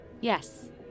Yes